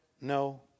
no